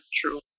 true